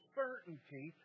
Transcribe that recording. certainty